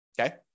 Okay